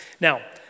Now